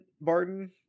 Barton